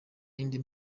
yindi